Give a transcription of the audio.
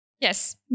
Yes